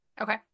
Okay